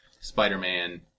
Spider-Man